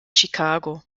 chicago